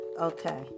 Okay